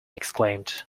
exclaimed